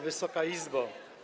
Wysoka Izbo!